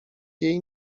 jej